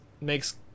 makes